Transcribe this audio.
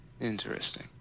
Interesting